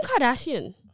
Kardashian